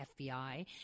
FBI